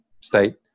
state